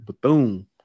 Bethune